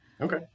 Okay